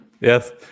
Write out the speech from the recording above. Yes